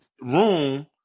room